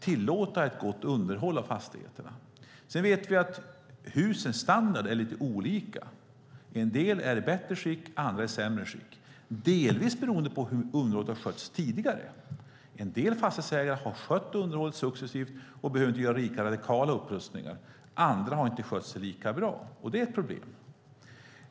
tillåta ett gott underhåll av fastigheterna. Sedan vet vi att husens standard är lite olika. En del är i bättre skick, och andra är i sämre skick, delvis beroende på hur underhållet har skötts tidigare. En del fastighetsägare har skött underhållet successivt och behöver inte göra så radikala upprustningar. Andra har inte skött sig lika bra, och det är ett problem.